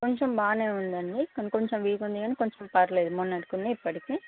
కొంచెం బాగానే ఉందండీ కొంచెం వీక్ ఉంది కానీ కొంచం పర్వాలేదు మొన్నటి కన్నా ఇప్పటికి